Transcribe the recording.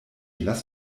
lass